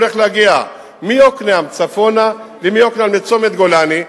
הולך להגיע מיוקנעם צפונה ומיוקנעם לצומת-גולני,